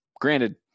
Granted